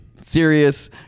serious